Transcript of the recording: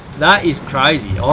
that is crazy.